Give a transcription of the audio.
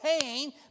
pain